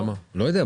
לא יודע.